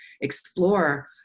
explore